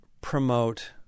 promote